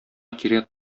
кирәк